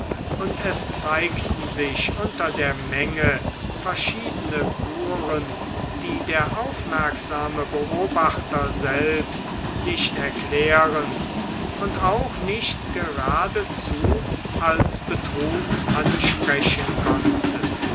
und es zeigten sich unter der menge verschiedene kuren die der aufmerksame beobachter selbst nicht erklären und auch nicht geradezu als betrug ansprechen konnte